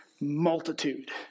multitude